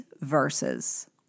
verses